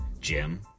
Jim